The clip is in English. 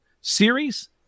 series